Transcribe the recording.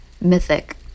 mythic